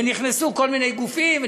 ונכנסו כל מיני גופים.